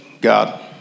God